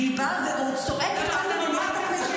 והיא באה ועוד צועקת כאן במליאת הכנסת